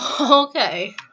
Okay